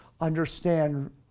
understand